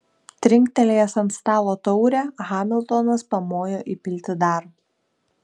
trinktelėjęs ant stalo taurę hamiltonas pamojo įpilti dar